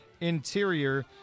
interior